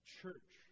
church